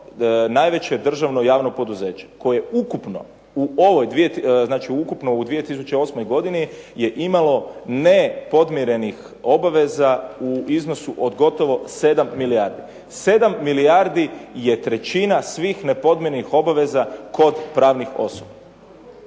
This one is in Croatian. najveće državno javno poduzeće koje ukupno u 2008. godini je imalo nepodmirenih obveza u iznosu od gotovo 7 milijardi. 7 milijardi je trećina svih nepodmirenih obaveza kod pravnih osoba.